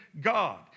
God